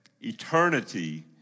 Eternity